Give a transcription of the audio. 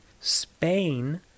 Spain